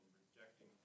rejecting